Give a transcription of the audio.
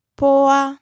poa